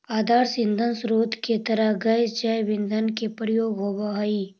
आदर्श ईंधन स्रोत के तरह गैस जैव ईंधन के प्रयोग होवऽ हई